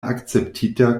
akceptita